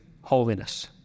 holiness